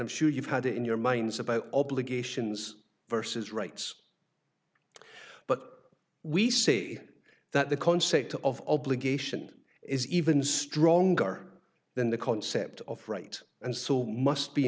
i'm sure you've had in your minds about obligations versus rights but we say that the concept of obligation is even stronger than the concept of right and so must be